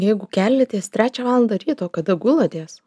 jeigu keliatės trečią valandą ryto kada gulatės